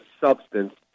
substance